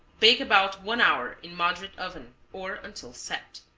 bake about one hour in moderate oven, or until set.